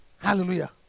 Hallelujah